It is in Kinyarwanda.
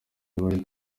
bari